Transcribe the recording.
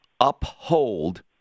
uphold